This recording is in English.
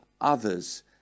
others